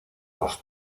los